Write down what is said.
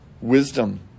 wisdom